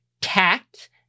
tact